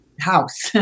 house